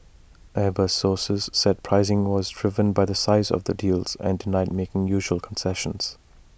airbus sources said pricing was driven by the size of the deals and denied making unusual concessions